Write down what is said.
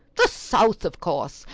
the south, of course.